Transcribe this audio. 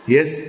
Yes